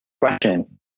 question